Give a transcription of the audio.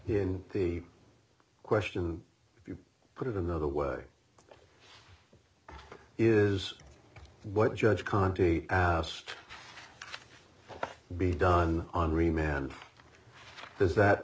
in the question if you put it another way is what judge conti asked be done on remain and does that